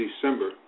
December